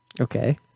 okay